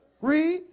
Read